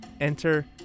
Enter